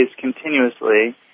continuously